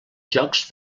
jocs